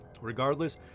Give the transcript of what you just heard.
Regardless